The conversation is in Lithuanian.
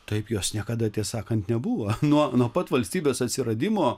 taip jos niekada tiesą sakant nebuvo nuo nuo pat valstybės atsiradimo